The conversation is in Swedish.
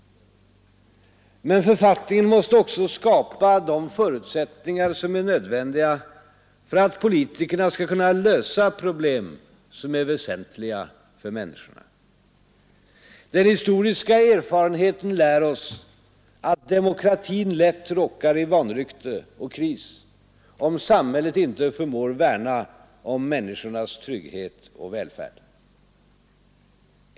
Men författningen måste också skapa de förutsättningar som är nödvändiga för att politikerna skall kunna lösa problem som är väsentliga för människorna. Den historiska erfarenheten lär oss att demokratin lätt råkar i vanrykte och kris om samhället inte förmår värna om människorärd.